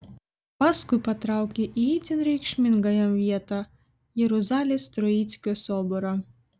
paskui patraukė į itin reikšmingą jam vietą jeruzalės troickio soborą